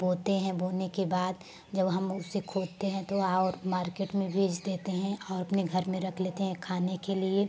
बोते हैं बोने के बाद जब हम उसे खोदते हैं तो और मार्केट में बेच देते हैं और अपने घर में रख लेते हैं खाने के लिए